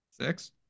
six